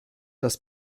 das